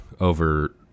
over